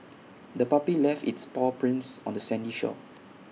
the puppy left its paw prints on the sandy shore